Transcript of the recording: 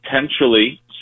potentially